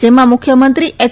જેમાં મુખ્યમંત્રી એચ